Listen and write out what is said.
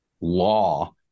law